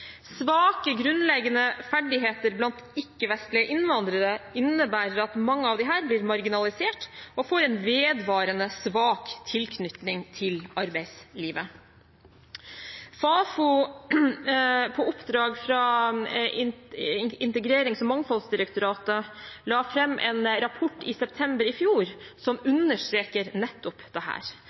Svake grunnleggende ferdigheter blant ikke-vestlige innvandrere innebærer at mange av dem blir marginalisert og får en vedvarende svak tilknytning til arbeidslivet. Fafo la fram, på oppdrag av Integrerings- og mangfoldsdirektoratet, en rapport i september i fjor som understreker nettopp dette. Det